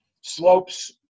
slopes